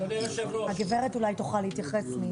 הגברת אולי תוכל להתייחס.